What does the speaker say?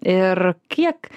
ir kiek